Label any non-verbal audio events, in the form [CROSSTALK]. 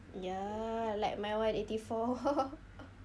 ya like my one eighty four [LAUGHS]